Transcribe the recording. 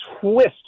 twist